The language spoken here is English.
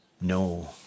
no